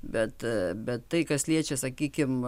bet bet tai kas liečia sakykim